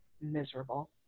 miserable